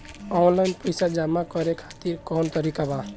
Online पइसा जमा करे खातिर कवन तरीका बा?